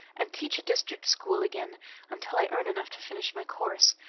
and teach a district school again until i earn enough to finish my course.